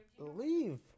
Leave